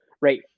Right